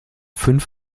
fünf